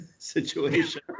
situation